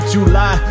July